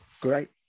great